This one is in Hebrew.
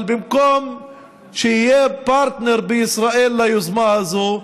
אבל במקום שיהיה פרטנר בישראל ליוזמה הזאת,